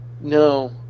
No